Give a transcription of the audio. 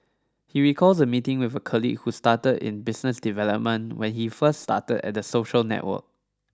he recalls a meeting with a colleague who started in business development when he first started at the social network